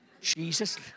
Jesus